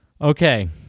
Okay